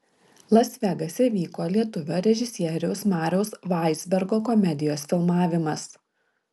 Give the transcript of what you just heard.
las vegase vyko lietuvio režisieriaus mariaus vaizbergo komedijos filmavimas